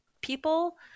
people